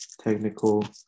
technical –